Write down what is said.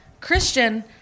Christian